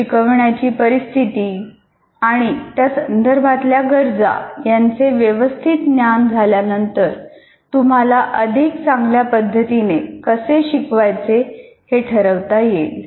शिकवण्याची परिस्थिती आणि त्या संदर्भातल्या गरजा यांचे व्यवस्थित ज्ञान झाल्यानंतर तुम्हाला अधिक चांगल्या पद्धतीने कसे शिकवायचे हे ठरवता येईल